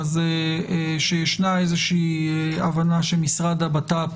שישנה איזושהי הבנה שמשרד הבט"פ